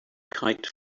kite